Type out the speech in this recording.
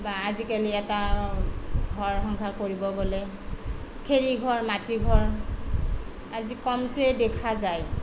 বা আজিকালি এটা ঘৰ সংসাৰ কৰিব গ'লে খেৰীঘৰ মাটিঘৰ আজি কমকে দেখা যায়